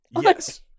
yes